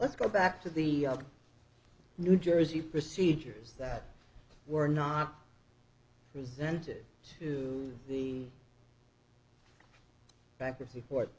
let's go back to the new jersey procedures that were not resent it the bankruptcy court